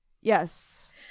Yes